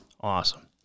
Awesome